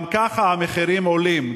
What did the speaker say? גם ככה המחירים עולים,